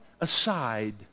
aside